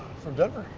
from denver.